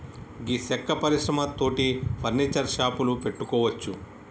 గీ సెక్క పరిశ్రమ తోటి ఫర్నీచర్ షాపులు పెట్టుకోవచ్చు